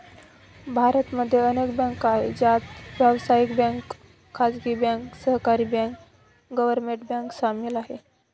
भारत मध्ये अनेक बँका आहे, ज्यात व्यावसायिक बँक, खाजगी बँक, सहकारी बँक, गव्हर्मेंट बँक सामील आहे